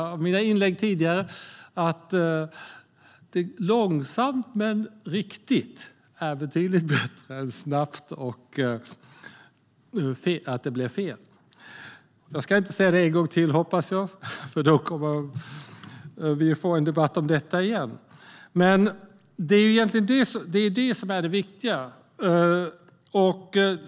Det är betydligt bättre att det går långsamt och blir riktigt än att det går snabbt och blir fel. Jag ska inte säga det en gång till, hoppas jag, för då kommer vi att få en debatt om detta igen. Men det är det som är det viktiga.